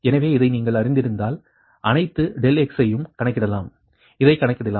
எனவே இதை நீங்கள் அறிந்திருந்தால் அனைத்து ∆x ஐயும் கணக்கிடலாம் இதைக் கணக்கிடலாம்